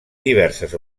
diverses